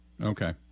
Okay